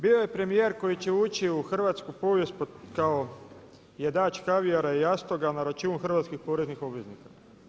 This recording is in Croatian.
Bio je premijer koji će ući u hrvatsku povijest kao jedač kavijara i jastoga na račun hrvatskih poreznih obveznika.